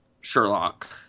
Sherlock